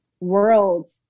worlds